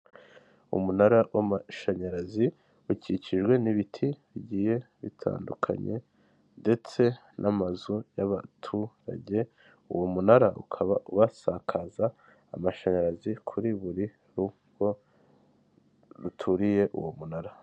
Umunara w'amashanyarazi ukikijwe n'ibiti bigiye bitandukanye ndetse n'amazu y'abaturage, uwo munara ukaba wasakaza amashanyarazi kuri buri rugo ruturiye uwo munara.